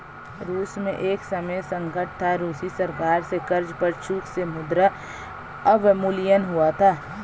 रूस में एक समय संकट था, रूसी सरकार से कर्ज पर चूक से मुद्रा अवमूल्यन हुआ था